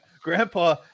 Grandpa